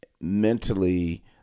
mentally